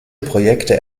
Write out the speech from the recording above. projekte